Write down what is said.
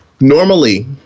Normally